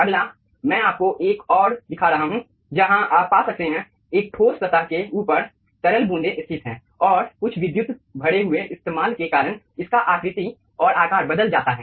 अगला मैं आपको एक और दिखा रहा हूँ जहाँ आप पा सकते हैं एक ठोस सतह के ऊपर तरल बूंदें स्थित है और कुछ विद्युत भरे हुए इस्तेमाल के कारण इसका आकृति और आकार बदल जाता है